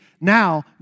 now